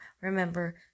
remember